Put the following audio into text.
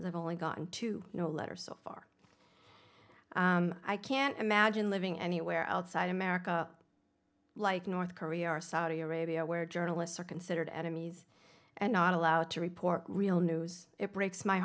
as i've only gotten to know letter so far i can't imagine living anywhere outside america like north korea are saudi arabia where journalists are considered enemies and not allowed to report real news it breaks my